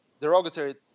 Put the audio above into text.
derogatory